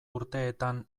urteetan